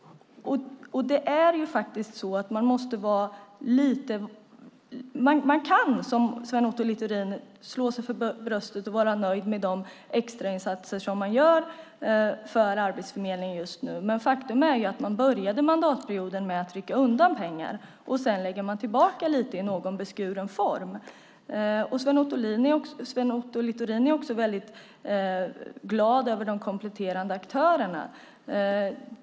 Man kan, som Sven Otto Littorin, slå sig för bröstet och vara nöjd med de extrainsatser som man gör för Arbetsförmedlingen just nu. Men faktum är att man började mandatperioden med att rycka undan pengar. Sedan lägger man tillbaka lite i beskuren form. Sven Otto Littorin är också väldigt glad över de kompletterande aktörerna.